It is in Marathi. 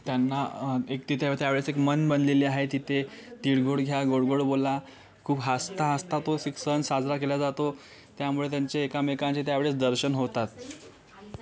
त्यांना एक तिथे त्यावेळेस एक म्हण बनलेले आहे तिथे तिळगुळ घ्या गोडगोड बोला खूप हसता हसता तो सी सण साजरा केल्या जातो त्यामुळे त्यांचे एकमेकांचे त्यावेळेस दर्शन होतात